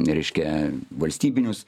reiškia valstybinius